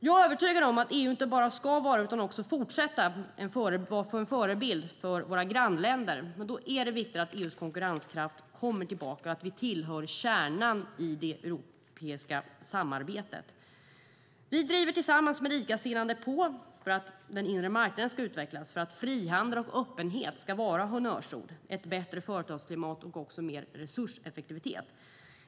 Jag är övertygad om att EU inte bara ska vara utan också ska fortsätta att vara en förebild för våra grannländer, men då är det viktigt att EU:s konkurrenskraft kommer tillbaka och att vi tillhör kärnan i det europeiska samarbetet. Vi driver tillsammans med likasinnade på för att den inre marknaden ska utvecklas, för att frihandel och öppenhet ska vara honnörsord, för ett bättre företagsklimat och också mer resurseffektivitet.